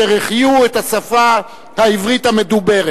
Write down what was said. היתה בין אלה אשר החיו את השפה העברית המדוברת.